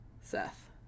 Seth